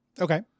Okay